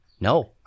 No